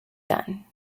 done